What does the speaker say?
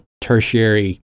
tertiary